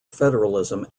federalism